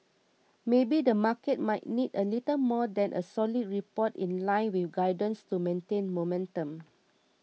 maybe the market might need a little more than a solid report in line with guidance to maintain momentum